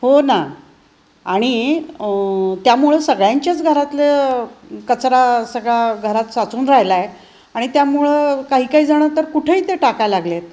हो ना आणि त्यामुळं सगळ्यांच्याच घरातलं कचरा सगळा घरात साचून राहिला आहे आणि त्यामुळं काही काही जणं तर कुठंही ते टाकाय लागले आहेत